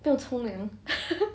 不用冲凉